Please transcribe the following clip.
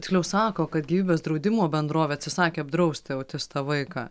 tiksliau sako kad gyvybės draudimo bendrovė atsisakė apdrausti autistą vaiką